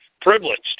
Privileged